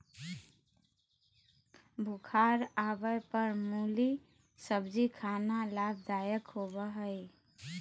बुखार आवय पर मुली सब्जी खाना लाभदायक होबय हइ